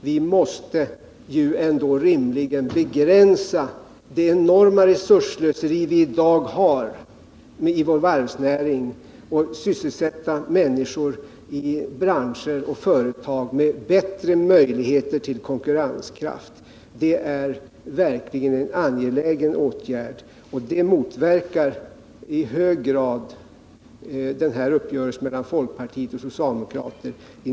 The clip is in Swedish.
Vi måste rimligen begränsa det resursslöseri som vi i dag har i vår varvsnäring och sysselsätta människor i branscher och företag med bättre möjligheter till konkurrenskraft — det är verkligen en angelägen åtgärd. Detta motverkas i hög grad av uppgörelsen i näringsutskottet mellan folkpartister och socialdemokrater.